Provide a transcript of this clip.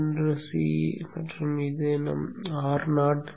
1 C மற்றும் இது நம் Ro